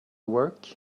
work